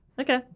Okay